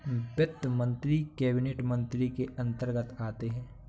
वित्त मंत्री कैबिनेट मंत्री के अंतर्गत आते है